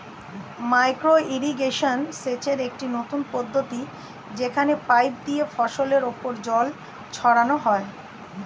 micro irrigation সেচের একটি নতুন পদ্ধতি যেখানে পাইপ দিয়ে ফসলের উপর জল ছড়ানো হয়